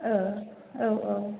औ औ